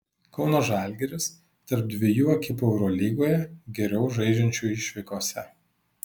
kauno žalgiris tarp dviejų ekipų eurolygoje geriau žaidžiančių išvykose